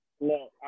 No